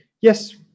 Yes